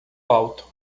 alto